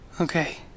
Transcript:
Okay